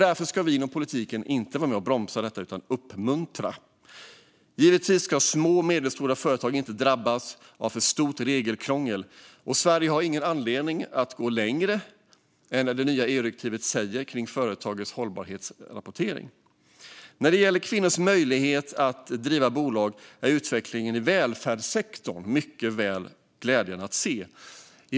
Därför ska vi inom politiken inte bromsa utan vara med och uppmuntra detta. Givetvis ska små och medelstora företag inte drabbas av för stort regelkrångel, och Sverige har ingen anledning att gå längre än det nya EU-direktivet säger om företags hållbarhetsrapportering. När det gäller kvinnors möjligheter att driva bolag är utvecklingen i välfärdssektorn mycket glädjande.